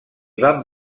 van